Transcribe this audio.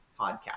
podcast